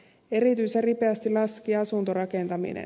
erityisen ripeästi laski asuntorakentaminen